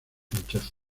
pinchazo